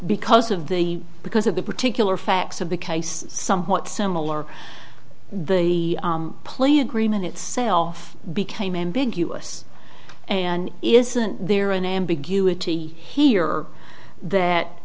because of the because of the particular facts of the case somewhat similar the plea agreement itself became ambiguous and is isn't there an ambiguity here that